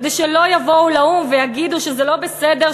כדי שלא יבואו לאו"ם ויגידו שזה לא בסדר,